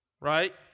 right